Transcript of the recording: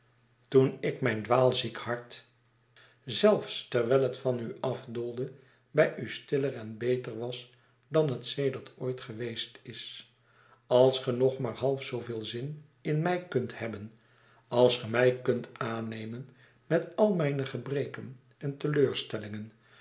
toen mijn dwaalziek hart zelfsterwijlhetvan u afdoolde bij u stiller en beter was dan het sedert ooit geweest is als ge nog maar half zooveel zin in mij kunt hebben als ge mij kuntaannemen met al mijne gebreken en teleurstellingen